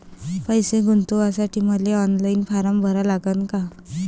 पैसे गुंतवासाठी मले ऑनलाईन फारम भरा लागन का?